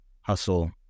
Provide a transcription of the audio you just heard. hustle